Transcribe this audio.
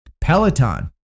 Peloton